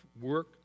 work